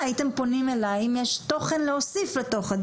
הייתם פונים אליי אם יש תוכן להוסיף לתוך הדיון.